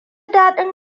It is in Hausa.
daɗin